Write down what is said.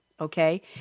Okay